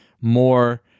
more